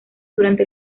durante